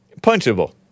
punchable